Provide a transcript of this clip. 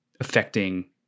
affecting